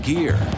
Gear